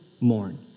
mourn